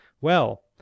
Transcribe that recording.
well